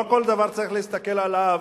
לא כל דבר צריך להסתכל עליו,